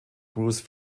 cruise